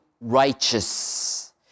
righteous